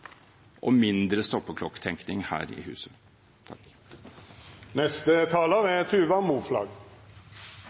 og mindre stoppeklokketenkning her i huset. Tusen takk,